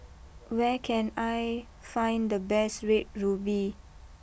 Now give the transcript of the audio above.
where can I find the best Red ruby